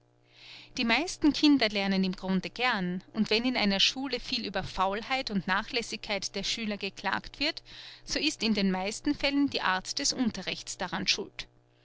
die meisten kinder lernen im grunde gern und wenn in einer schule viel über faulheit und nachlässigkeit der schüler geklagt wird so ist in den meisten fällen die art des unterrichts daran schuld